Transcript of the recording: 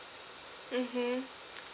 mmhmm